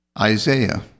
Isaiah